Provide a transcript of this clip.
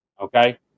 Okay